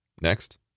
Next